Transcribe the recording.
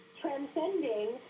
transcending